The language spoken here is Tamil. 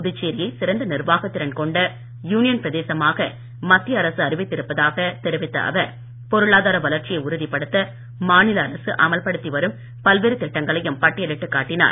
புதுச்சேரியை சிறந்த நிர்வாக திறன் கொண்ட யூனியன் பிரதேசமாக மத்திய அறிவித்து இருப்பதாக தெரிவித்த அவர் பொருளாதார வளர்ச்சியை உறுதிப்படுத்த மாநில அரசு அமல்ப்படுத்தி வரும் பல்வேறு திட்டங்களையும் பட்டியல் இட்டு காட்டினார்